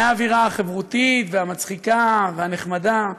מהאווירה החברותית והמצחיקה והנחמדה,